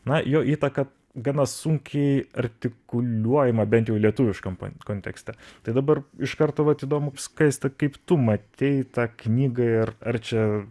na jo įtaka gana sunkiai artikuliuojama bent jau lietuviškam kontekste tai dabar iš karto vat įdomu skaiste kaip tu matei tą knygą ir ar čia